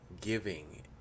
giving